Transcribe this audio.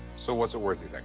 so what's it worth, you think?